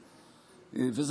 אגב,